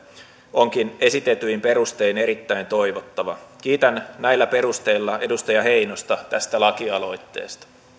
onkin esitetyin perustein erittäin toivottava kiitän näillä perusteilla edustaja heinosta tästä lakialoitteesta